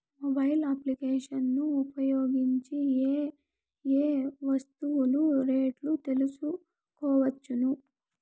Mobile applications ను ఉపయోగించి ఏ ఏ వస్తువులు రేట్లు తెలుసుకోవచ్చును?